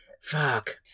Fuck